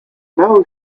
know